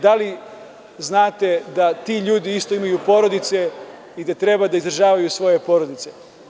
Da li znate da ti ljudi isto imaju porodice i da treba da izdržavaju svoje porodice?